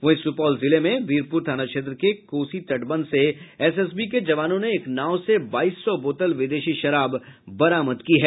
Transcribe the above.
वहीं सुपौल जिले में वीरपुर थाना क्षेत्र के कोसी तटबंध से एसएसबी के जवानों ने एक नाव से बाईस सौ बोतल विदेशी शराब बरामद की है